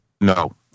no